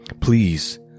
Please